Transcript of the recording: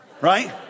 right